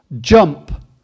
jump